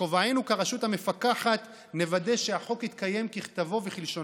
בכובענו כרשות המפקחת נוודא שהחוק יתקיים ככתבו וכלשונו.